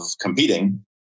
competing